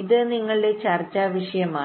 ഇത് ഞങ്ങളുടെ ചർച്ചാ വിഷയമാണ്